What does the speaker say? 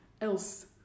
else